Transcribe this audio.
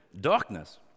darkness